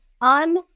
un